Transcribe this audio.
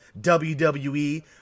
WWE